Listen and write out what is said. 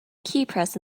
keypress